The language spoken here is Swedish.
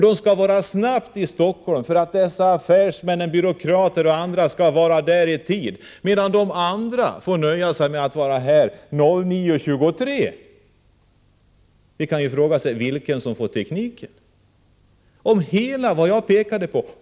De skall vara i Stockholm snabbt för att affärsmän, byråkrater och andra skall vara i rätt tid — medan de andra resenärerna får nöja sig med att vara här kl. 09.23. Man kan då ifrågasätta vilka som får nytta av tekniken.